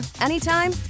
anytime